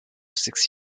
six